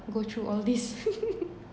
go through all these